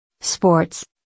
Sports